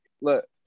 look